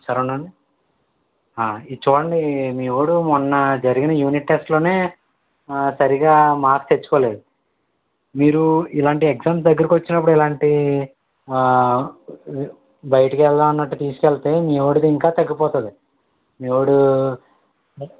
శరణన్ ఇది చూడండి మీ వాడు మొన్న జరిగిన యూనిట్ టెస్ట్లోనే సరిగా మార్క్స్ తెచ్చుకోలేదు మీరు ఇలాంటి ఎగ్జామ్స్ దగ్గరకి వచ్చినప్పుడు ఇలాంటి బయటికి వెళ్దాం అన్నట్టు తీసుకెళ్తే మీ వాడిది ఇంకా తగ్గిపోతుంది మీ వాడు